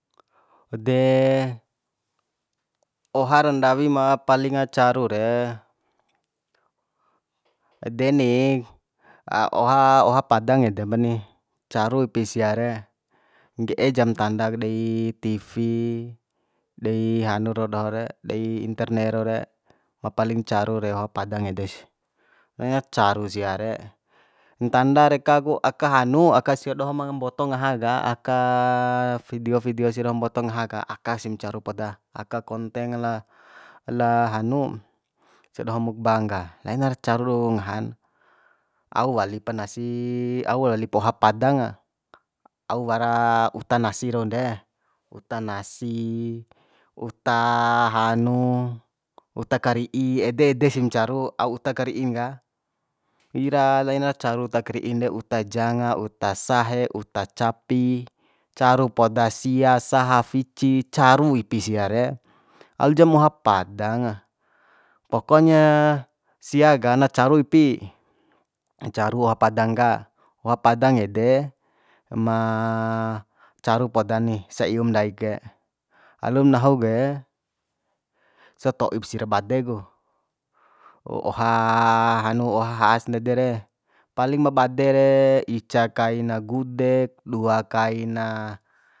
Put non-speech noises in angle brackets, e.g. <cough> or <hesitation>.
De oha ra ndawi ma paling caru re deni <hesitation> oha oha padang edem pani caru ipi sia re ngge'e jam ntandak dei tivi dei hanu rau doho re dei internet rau re ma paling caru re oha padang edes <hesitation> caru sia re ntanda reka ku aka hanu aka sia doho ma mboto ngaha ka aka vidio vidio sia doho mboto ngaha ka aka sim caru poda aka konteng la la hanu sia doho mukbang ka lainar caru ngahan au walipa nasi au lip oha padanga au wara uta nasi raun de uta nasi uta hanu uta kari'i ede ede sim caru au uta kari'in ka ira laina caru uta kari'in de uta janga uta sahe uta capi caru poda sia saha fici caru ipi sia re alujam oha padanga pokonya sia ka na caru ipi caru oha padang ka oha padang ede ma caru poda ni sa ium ndaik ke alum nahu ke sato'ip si ra bade ku oha oha has ndede re paling a bade re ica kaina gudek dua kaina